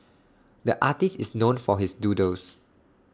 the artist is known for his doodles